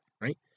right